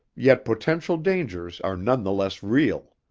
yet potential dangers are none the less real.